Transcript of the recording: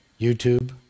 YouTube